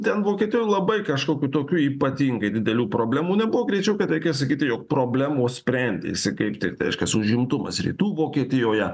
ten vokietijoj labai kažkokių tokių ypatingai didelių problemų nebuvo greičiau kad reikia sakyti jog problemos sprendėsi kaip tiktai reiškias užimtumas rytų vokietijoje